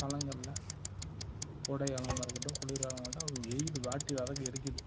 காலங்களில் கோடைகாலமாக இருக்கட்டும் குளிர் காலமாக இருக்கட்டும் வெயில் வாட்டி வதைக்கி எடுக்குது